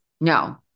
No